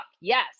yes